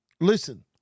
listen